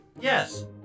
Yes